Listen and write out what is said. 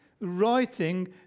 writing